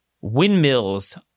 Windmills